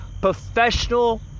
professional